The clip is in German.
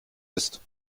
ist